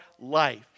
life